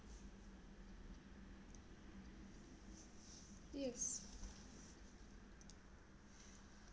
yes